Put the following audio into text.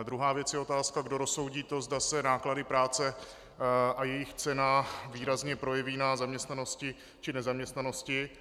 Druhá věc je otázka, kdo rozsoudí to, zda se náklady práce a jejich cena výrazně projeví na zaměstnanosti či nezaměstnanosti.